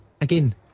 Again